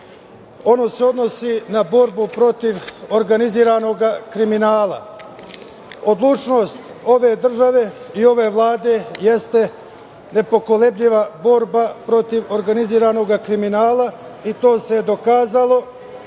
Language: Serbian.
Ono se odnosi na borbu protiv organizovanog kriminala. Odlučnost ove države i ove Vlade jeste nepokolebljiva borba protiv organizovanog kriminala i to se dokazalo